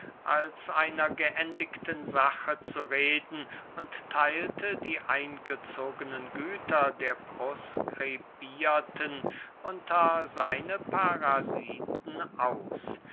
als einer geendigten sache zu reden und theilte die eingezogenen güter der proscribierten unter seine parasiten aus